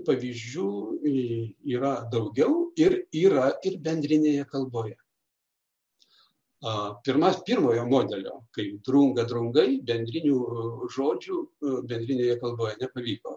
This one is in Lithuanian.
pavyzdžių yra daugiau ir yra tik bendrinėje kalboje pirmas pirmojo modelio kai drunga draugai bendrinių žodžių bendrinėje kalboje nepavyko